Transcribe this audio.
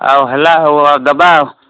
ଆଉ ହେଲା ଆଉ ହେଉ ଦେବା ଆଉ